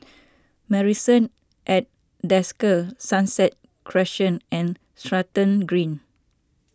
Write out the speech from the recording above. Marrison at Desker Sunset Crescent and Stratton Green